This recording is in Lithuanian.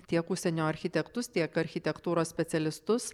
tiek užsienio architektus tiek architektūros specialistus